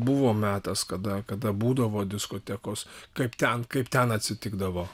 buvo metas kada kada būdavo diskotekos kaip ten kaip ten atsitikdavo